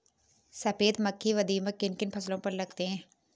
सफेद मक्खी व दीमक किन किन फसलों पर लगते हैं?